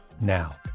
now